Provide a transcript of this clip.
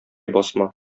басма